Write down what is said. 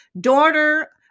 daughter